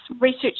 research